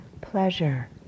pleasure